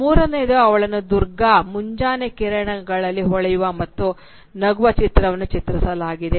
ಮೂರನೆಯದು ಅವಳನ್ನು ದುರ್ಗಾ "ಮುಂಜಾನೆ ಕಿರಣಗಳಲ್ಲಿ ಹೊಳೆಯುವ ಮತ್ತು ನಗುವ" ಚಿತ್ರವನ್ನು ಚಿತ್ರಸಲಾಗಿದೆ